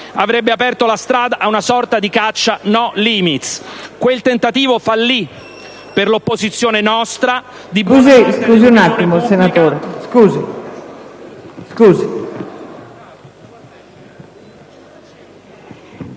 avrebbe aperto la strada a una sorta di caccia «*no-limits*». Quel tentativo fallì per l'opposizione nostra, di